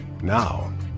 now